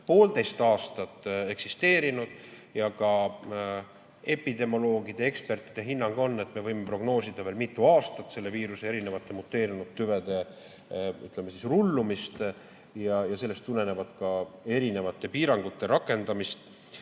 poolteist aastat eksisteerinud ja ka epidemioloogide-ekspertide hinnang on, et me võime prognoosida veel mitu aastat selle viiruse erinevate muteerunud tüvede rullumist ja sellest tulenevalt ka erinevate piirangute rakendamist,